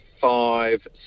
five